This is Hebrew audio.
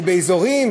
שבאזורים,